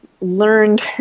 learned